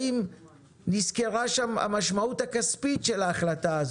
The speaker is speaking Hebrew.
האם נסקרה שם המשמעות הכספית של ההחלטה הזו?